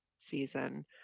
season